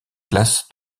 classe